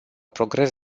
progres